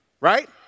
Right